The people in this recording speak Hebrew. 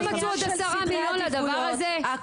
לא מצאו עוד עשרה מיליון לדבר הזה?